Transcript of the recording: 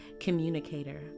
communicator